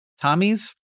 Tommy's